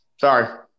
Sorry